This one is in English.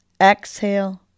Exhale